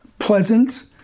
Pleasant